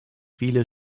viele